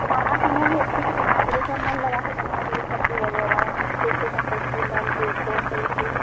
खाना पीना भी अच्छे से बनाया करिए थोड़ा मन लागाके बनाया करिए सब्ज़ी वगैरह अच्छे से मतलब भून भान के उसको सही से